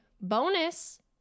bonus